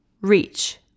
reach